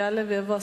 יעלה ויבוא,